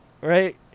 right